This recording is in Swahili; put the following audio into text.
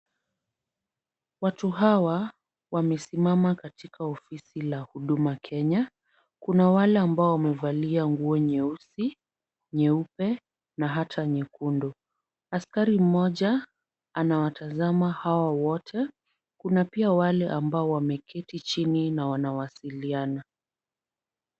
Watu hawa wamesimama katika ofisi la huduma Kenya. Kuna wale ambao wamevalia nguo nyeusi, nyeupe na hata nyekundu. Askari mmoja anawatazama hawa wote. Kuna pia wale ambao wameketi chini na wanawasiliana.